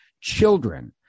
Children